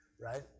Right